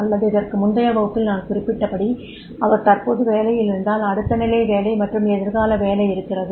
அல்லது இதற்கு முந்தைய வகுப்பில் நான் குறிப்பிட்டபடி அவர் தற்போது வேலையில் இருந்தால் அடுத்த நிலை வேலை மற்றும் எதிர்கால வேலை இருக்கிறது